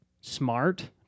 smart